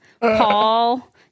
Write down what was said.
Paul